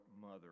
mother